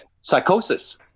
Psychosis